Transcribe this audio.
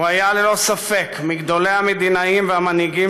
הוא היה ללא ספק מגדולי המדינאים והמנהיגים